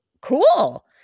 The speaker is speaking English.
cool